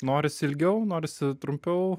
norisi ilgiau norisi trumpiau